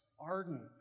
ardent